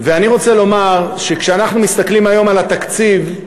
אני רוצה לומר שכשאנחנו מסתכלים היום על התקציב,